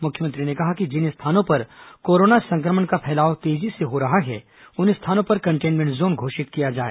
मुख्यमंत्री ने कहा कि जिन स्थानों पर कोरोना संक्रमण का फैलाव तेजी से हो रहा है उन स्थानों पर कंटेनमेंट जोन घोषित किया जाए